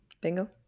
Bingo